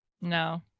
No